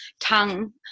tongue